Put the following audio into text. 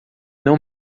não